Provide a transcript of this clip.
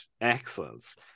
excellence